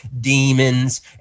demons